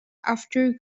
after